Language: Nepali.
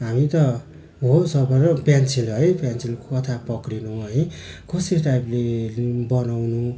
हामी त हो सार्पनर र पेन्सिल है पेन्सिल कता पक्रिनु है कसरी टाइपले लु बनाउनु